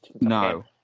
No